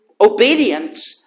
obedience